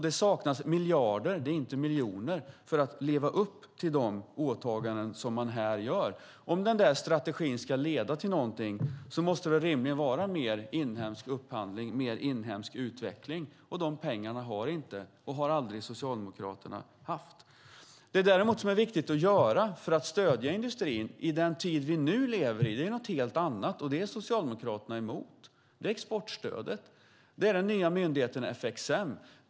Det saknas miljarder, inte miljoner, för att leva upp till de åtaganden som man här gör. Om denna strategi ska leda till något måste det rimligen vara mer inhemsk upphandling och mer inhemsk utveckling, och de pengarna har inte Socialdemokraterna och har heller aldrig haft. Vad som däremot är viktigt för att stödja industrin i den tid vi nu lever i är något helt annat, och det är Socialdemokraterna emot. Jag talar om exportstödet och den nya myndigheten FXM.